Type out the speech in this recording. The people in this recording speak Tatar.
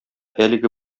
әлеге